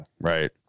right